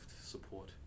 support